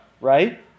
right